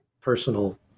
personal